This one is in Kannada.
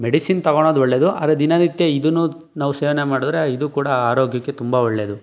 ಮೆಡಿಸಿನ್ ತಗೊಣೊದು ಒಳ್ಳೆಯದು ಆದ್ರೆ ದಿನನಿತ್ಯ ಇದನ್ನು ನಾವು ಸೇವನೆ ಮಾಡಿದ್ರೆ ಇದು ಕೂಡ ಆರೋಗ್ಯಕ್ಕೆ ತುಂಬ ಒಳ್ಳೆಯದು